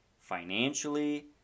financially